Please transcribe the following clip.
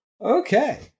Okay